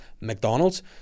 McDonald's